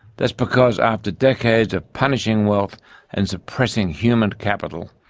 that's because after decades of punishing wealth and suppressing human capital,